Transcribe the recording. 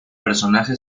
personaje